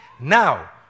Now